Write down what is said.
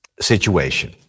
situation